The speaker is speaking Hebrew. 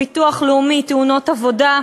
ביטוח לאומי, תאונות עבודה,